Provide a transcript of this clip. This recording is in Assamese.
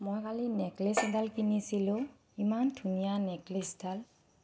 মই কালি নেকলেচ এডাল কিনিছিলোঁ ইমান ধুনীয়া নেকলেচডাল